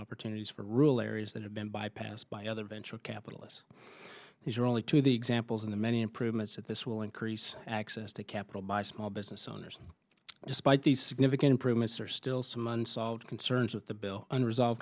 opportunities for rule areas that have been bypassed by other venture capitalists these are only two of the examples of the many improvements at this will increase access to capital by small business owners despite these significant improvements are still some unsolved concerns with the bill unresolved